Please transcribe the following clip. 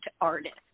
artist